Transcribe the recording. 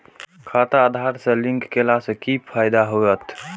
खाता आधार से लिंक केला से कि फायदा होयत?